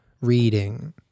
reading